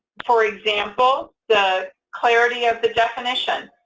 for example, the clarity of the definition,